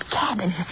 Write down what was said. cabin